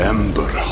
Ember